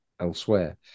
elsewhere